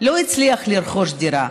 לא הצליח לרכוש דירה,